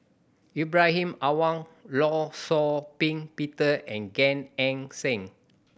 Ibrahim Awang Law Shau Ping Peter and Gan Eng Seng